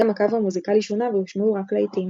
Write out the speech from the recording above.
גם הקו המוזיקלי שונה והושמעו רק להיטים.